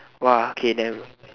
!wah! K then